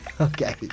okay